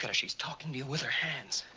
and she's talking to you with her hands.